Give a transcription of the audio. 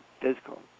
physical